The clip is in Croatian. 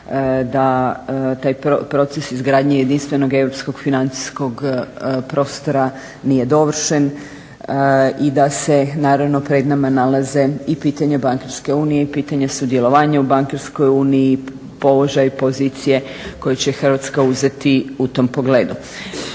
da taj proces izgradnje jedinstvenog europskog financijskog prostora nije dovršen i da se naravno pred nama nalaze i pitanja bankarska unije i pitanja sudjelovanja u bankarskoj uniji, položaj i pozicije koji će Hrvatska uzeti u tom pogledu.